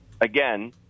again